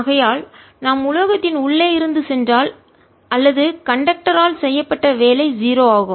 ஆகையால் நாம் உலோகத்தின் உள்ளே இருந்து சென்றால் அல்லது கண்டக்டர் ஆல் செய்யப்பட்ட வேலை 0 ஆகும்